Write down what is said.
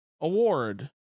award